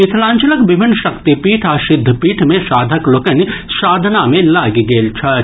मिथिलांचलक विभिन्न शक्तिपीठ आ सिद्धपीठ मे साधक लोकनि साधना मे लागि गेल छथि